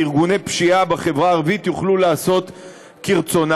וארגוני פשיעה בחברה הערבית יוכלו לעשות כרצונם.